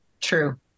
true